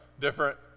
different